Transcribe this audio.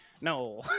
No